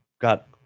got